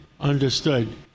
Understood